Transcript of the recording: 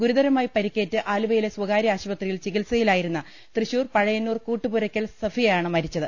ഗുരുതരമായി പരിക്കേറ്റ് ആലുവയിലെ സ്വകാര്യ ആശുപത്രിയിൽ ചികിത്സയിലായിരുന്ന തൃശൂർ പഴയന്നൂർ കൂട്ടുപുരയ്ക്കൽ സഫിയയാണ് മരിച്ചത്